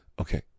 okay